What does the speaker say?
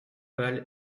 pâle